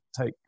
take